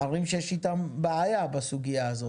ערים שיש איתן בעיה בסוגיה הזאת.